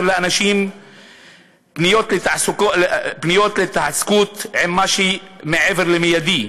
לאנשים פניוּת להתעסקות עם מה שמעבר למיידי,